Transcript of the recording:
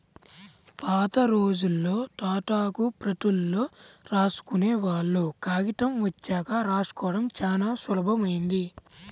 పాతరోజుల్లో తాటాకు ప్రతుల్లో రాసుకునేవాళ్ళు, కాగితం వచ్చాక రాసుకోడం చానా సులభమైంది